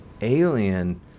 alien